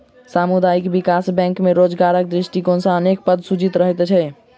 सामुदायिक विकास बैंक मे रोजगारक दृष्टिकोण सॅ अनेक पद सृजित रहैत छै